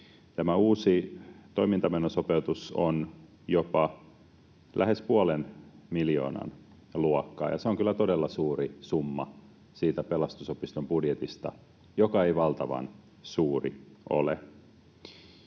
Tämä uusi toimintamenosopeutus on jopa lähes puolen miljoonan luokkaa, ja se on kyllä todella suuri summa siitä Pelastusopiston budjetista, joka ei valtavan suuri ole.